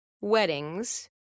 weddings